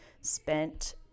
spent